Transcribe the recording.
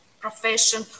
profession